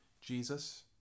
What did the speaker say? Jesus